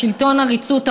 שלטון עריצות הרוב.